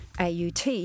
AUT